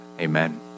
amen